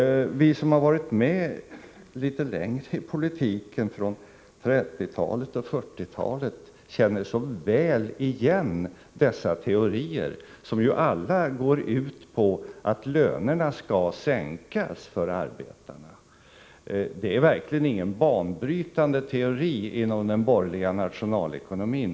Vi som har varit med litet längre i politiken, under 1930 och 1940-talen, känner så väl igen dessa teorier, som alla går ut på att lönerna skall sänkas för arbetarna. Det är verkligen ingen banbrytande teori inom den borgerliga nationalekonomin.